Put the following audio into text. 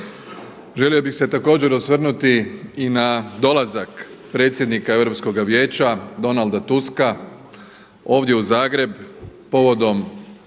Želio bi se također osvrnuti i na dolazak predsjednika Europskoga vijeća Donalda Tuska ovdje u Zagreb povodom